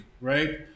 right